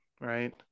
Right